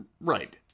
Right